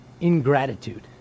ingratitude